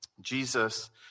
Jesus